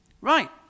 Right